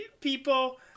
people